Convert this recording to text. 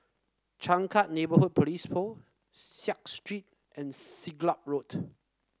Changkat Neighbourhood Police Post Seah Street and Siglap Road